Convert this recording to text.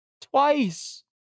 Twice